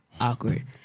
awkward